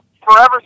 forever